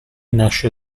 nasce